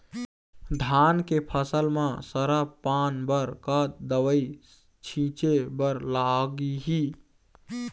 धान के फसल म सरा पान बर का दवई छीचे बर लागिही?